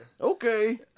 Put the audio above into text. Okay